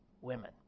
women